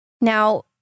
Now